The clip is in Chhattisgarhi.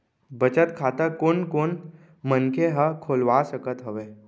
बचत खाता कोन कोन मनखे ह खोलवा सकत हवे?